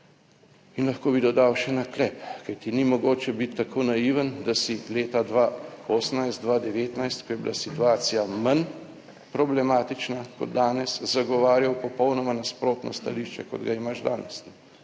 in lahko bi dodal še naklep. Kajti, ni mogoče biti tako naiven, da si leta dva, 2018-2019, ko je bila situacija manj problematična kot danes zagovarjal popolnoma nasprotno stališče, kot ga imaš danes.